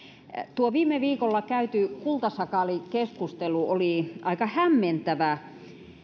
tuo viime viikolla käyty kultasakaalikeskustelu oli aika hämmentävä